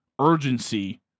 urgency